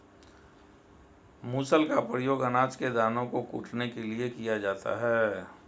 मूसल का प्रयोग अनाज के दानों को कूटने के लिए किया जाता है